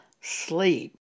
sleep